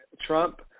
Trump